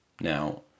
Now